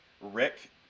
Rick